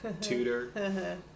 tutor